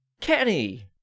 Kenny